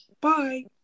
bye